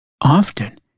Often